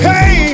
Hey